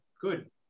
good